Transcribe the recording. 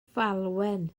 falwen